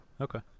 Okay